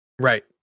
Right